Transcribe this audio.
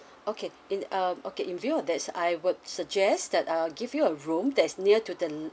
okay in uh okay in view of that I would suggests that I'll give you a room that's near to the